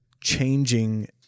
changing